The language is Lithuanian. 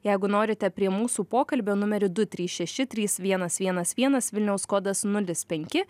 jeigu norite prie mūsų pokalbio numeriu du trys šeši trys vienas vienas vienas vilniaus kodas nulis penki